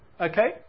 okay